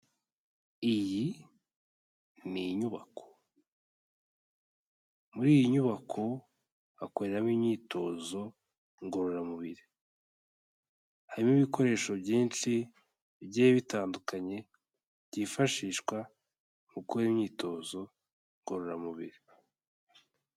Iyi ni inyubako, muri iyi nyubako hakoreramo imyitozo ngororamubiri, harimo ibikoresho byinshi bigiye bitandukanye, byifashishwa mu gukora imyitozo ngororamubiri.